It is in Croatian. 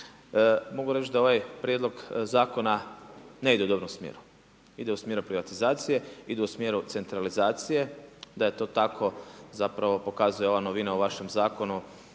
Mogu reći da ovaj prijedlog zakona ne ide u dobrom smjeru. Ide u smjeru privatizacije, ide u smjeru centralizacije. Da je to tako zapravo pokazuje ova novina u vašem zakonu